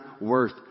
worth